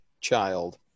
child